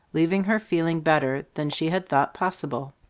leaving her feeling better than she had thought possible.